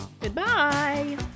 Goodbye